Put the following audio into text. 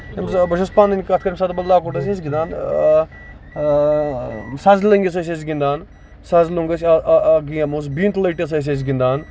بہٕ چھُ بہٕ چھُس پَنٕںۍ کَتھ کران ییٚمہِ ساتہٕ لۄکُٹ اوسُس أسۍ ٲسۍ گِندان سَزٕ لنگِس ٲسۍ أسۍ گِندان سَزٕ لوٚنگ یۄس اکھ گیم ٲس بینکہٕ لٔٹِس ٲسۍ أسۍ گِندان